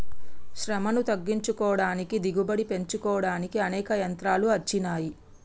శ్రమను తగ్గించుకోడానికి దిగుబడి పెంచుకోడానికి అనేక యంత్రాలు అచ్చినాయి